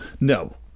no